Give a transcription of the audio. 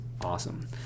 awesome